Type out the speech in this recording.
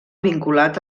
vinculat